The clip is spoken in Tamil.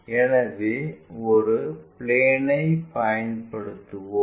எனவே ஒரு பிளேன்ஐப் பயன்படுத்துவோம்